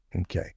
Okay